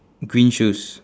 green shoes